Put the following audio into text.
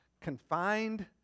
confined